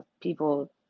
people